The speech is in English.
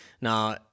Now